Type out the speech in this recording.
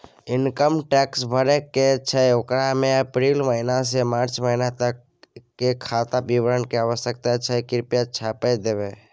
Income tax भरय के छै ओकरा में अप्रैल महिना से मार्च महिना तक के खाता विवरण के आवश्यकता हय कृप्या छाय्प देबै?